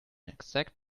exact